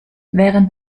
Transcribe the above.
während